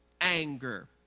anger